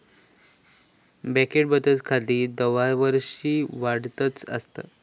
बँकेत बचत खाती दरवर्षी वाढतच आसत